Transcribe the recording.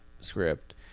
script